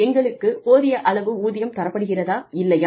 எங்களுக்கு போதிய அளவு ஊதியம் தரப்படுகிறதா இல்லையா